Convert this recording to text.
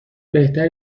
بهتره